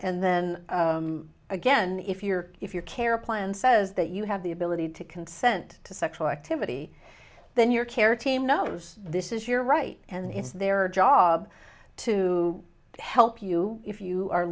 and then again if you're if you're care plan says that you have the ability to consent to sexual activity then your care team knows this is your right and it's their job to help you if you are